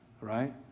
right